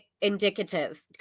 indicative